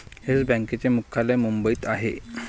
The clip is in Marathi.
येस बँकेचे मुख्यालय मुंबईत आहे